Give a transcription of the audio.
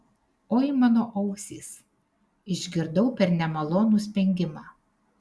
oi mano ausys išgirdau per nemalonų spengimą